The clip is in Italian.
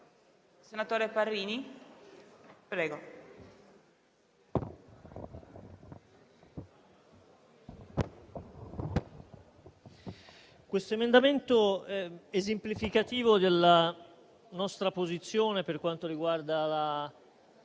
Signor Presidente, questo emendamento è esemplificativo della nostra posizione per quanto riguarda la